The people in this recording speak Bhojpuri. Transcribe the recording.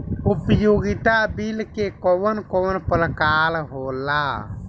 उपयोगिता बिल के कवन कवन प्रकार होला?